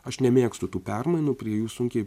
aš nemėgstu tų permainų prie jų sunkiai